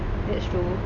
that's true